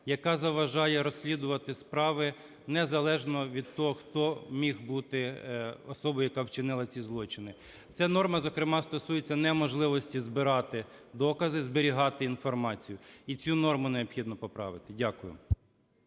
яка заважає розслідувати справи незалежно від того, хто міг бути особою, яка вчинила ці злочини. Ця норма зокрема стосується неможливості збирати докази, зберігати інформацію, і цю норму необхідно поправити. Дякую.